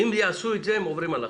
אם הם יעשו את זה, הם עוברים על החוק.